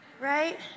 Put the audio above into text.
right